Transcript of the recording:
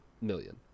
million